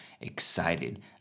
excited